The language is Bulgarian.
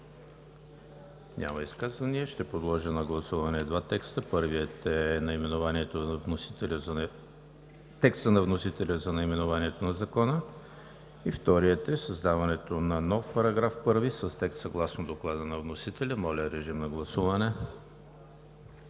Няма изказвания. Ще подложа на гласуване два текста. Първият е текстът на вносителя за наименованието на Закона и вторият е създаването на нов § 1 с текст, съгласно Доклада на вносителя. Моля, гласувайте.